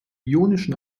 ionischen